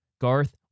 Garth